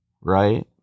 right